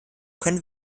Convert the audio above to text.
können